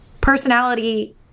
personality